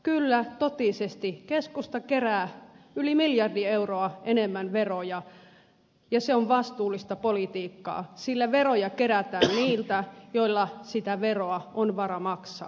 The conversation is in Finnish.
kyllä totisesti keskusta kerää yli miljardi euroa enemmän veroja ja se on vastuullista politiikkaa sillä veroja kerätään niiltä joilla sitä veroa on varaa maksaa